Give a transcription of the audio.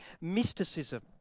mysticism